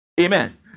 Amen